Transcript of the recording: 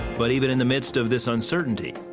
but even in the midst of this uncertainty,